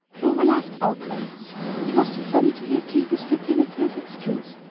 clover laughed outright. it was so funny to hear katy's fertility of excuse.